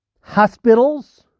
hospitals